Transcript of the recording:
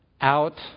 out